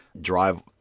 drive